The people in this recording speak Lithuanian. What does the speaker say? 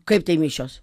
kaip tai mišios